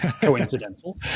coincidental